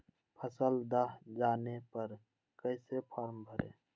फसल दह जाने पर कैसे फॉर्म भरे?